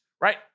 right